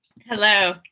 Hello